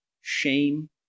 shame